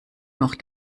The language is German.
noch